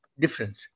difference